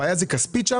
הבעיה כספית?